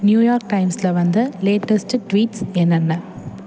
New York டைம்ஸில் வந்த latest tweets என்னென்ன